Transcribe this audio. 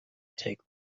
take